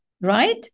right